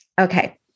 Okay